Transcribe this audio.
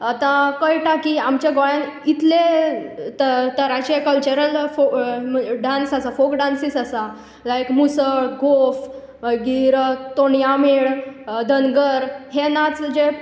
आतां कळटा की आमच्या गोंयान इतले त तराचे कल्चरल फो डांस आसा फोक डांसीस आसा लायक मुसळ गोफ मागीर तोणयामेळ धनगर हे नाच जे